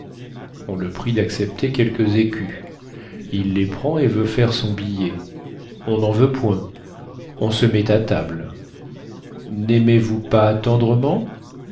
on le prie d'accepter quelques écus il les prend et veut faire son billet on n'en veut point on se met à table n'aimez-vous pas tendrement